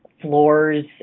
floors